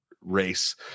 race